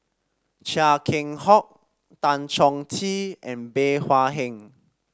Chia Keng Hock Tan Chong Tee and Bey Hua Heng